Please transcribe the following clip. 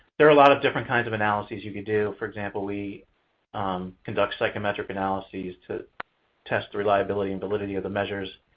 there are a lot of different kinds of analyses you could do. for example, we conduct psychometric analyses to test the reliability and validity of the measures.